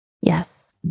Yes